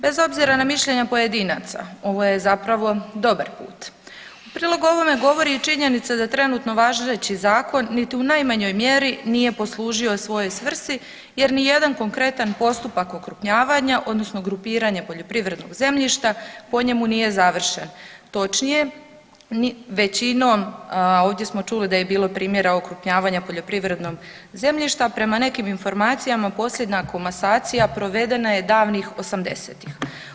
Bez obzira na mišljenja pojedinaca ovo je zapravo dobar put u prilog ovome govori i činjenica da trenutno važeći zakon niti u najmanjoj mjeri nije poslužio svojoj svrsi jer nijedan konkretan postupak okrupnjavanja odnosno grupiranje poljoprivrednog zemljišta po njemu nije završen, točnije većinom ovdje smo čuli da je bilo primjera okrupnjavanja poljoprivrednog zemljišta, prema nekim informacijama posljednja komasacija provedena je davnih osamdesetih.